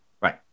right